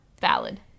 valid